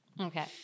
Okay